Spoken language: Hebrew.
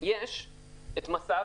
יש את מס"ב,